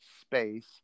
space